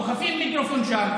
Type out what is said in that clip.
דוחפים מיקרופון שם,